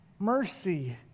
Mercy